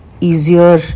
easier